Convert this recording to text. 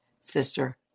sister